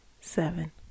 Seven